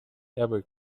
ever